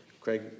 Craig